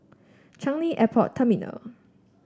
Changi Airport Terminal